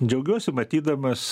džiaugiuosi matydamas